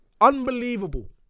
unbelievable